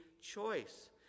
choice